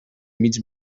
mig